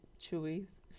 Chewies